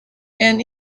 and